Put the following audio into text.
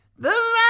The